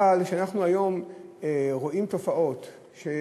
אבל כשאנחנו היום רואים תופעות ש,